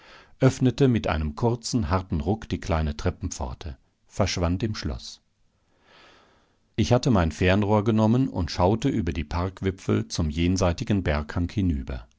öffnete mit einem kurzen harten ruck die kleine treppenpforte verschwand im schloß ich hatte mein fernrohr genommen und schaute über die parkwipfel zum jenseitigen berghang hinüber